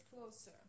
closer